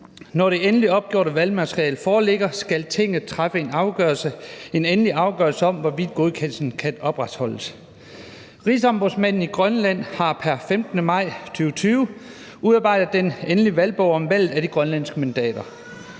Når det endeligt opgjorte valgmateriale foreligger, skal Tinget træffe en endelig afgørelse om, hvorvidt godkendelsen kan opretholdes. Rigsombudsmanden i Grønland har pr. 15. maj 2020 udarbejdet den endelige valgbog om valget af de grønlandske mandater.